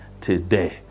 today